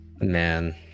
man